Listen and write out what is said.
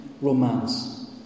romance